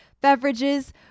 beverages